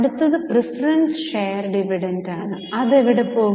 അടുത്തത് preference share ഡിവിഡന്റാണ് അത് എവിടെ പോകും